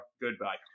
Goodbye